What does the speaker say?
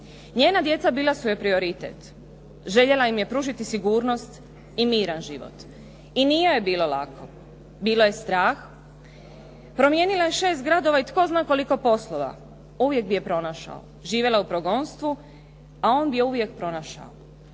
Njena djeca bila su joj prioritet. Željela im je pružiti sigurnost i miran život i nije joj bilo lako. Bilo ju je strah. Promijenila je 6 gradova i tko zna koliko poslova. Uvijek bi je pronašao. Živjela je u progonstvu, a on bi je uvijek pronašao.